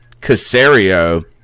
Casario